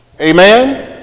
amen